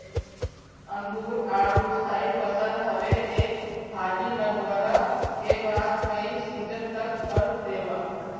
अंगूर, आडू स्थाई फसल हवे एक हाली लगवला के बाद कई सीजन तक फल देला